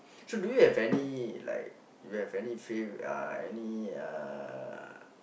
so do you have any like you have any faith uh any uh